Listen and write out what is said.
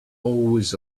always